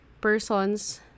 persons